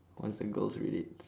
once the girls relates